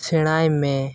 ᱥᱮᱬᱟᱭ ᱢᱮ